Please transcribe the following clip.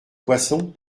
poisson